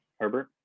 Herbert